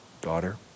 daughter